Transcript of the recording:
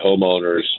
homeowners